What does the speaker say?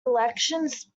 elections